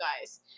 guys